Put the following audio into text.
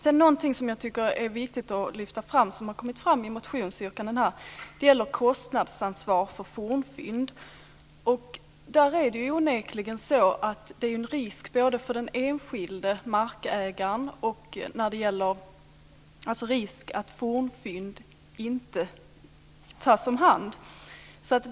En viktig sak som har kommit fram i motionsyrkanden är kostnadsansvar för fornfynd. Det finns en risk både för att fornfynd inte tas om hand och för den enskilde markägaren.